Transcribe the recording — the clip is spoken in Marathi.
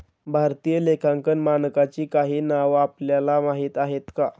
भारतीय लेखांकन मानकांची काही नावं आपल्याला माहीत आहेत का?